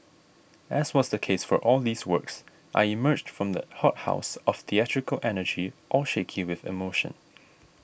as was the case for all these works I emerged from that hothouse of theatrical energy all shaky with emotion